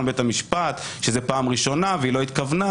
בבית המשפט שזו פעם ראשונה והיא לא התכוונה,